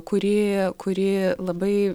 kuri kuri labai